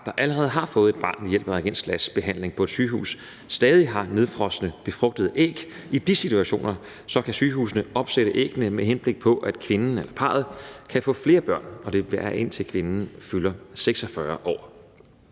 der allerede har fået et barn ved hjælp af reagensglasbehandling på et sygehus og stadig har nedfrosne befrugtede æg. I de situationer kan sygehusene opsætte æggene, med henblik på at kvinden eller parret kan få flere børn, og det er, indtil kvinden fylder 46 år.